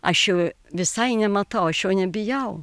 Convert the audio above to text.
aš jo visai nematau aš jo nebijau